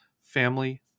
family